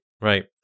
Right